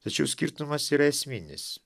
tačiau skirtumas yra esminis